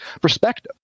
perspective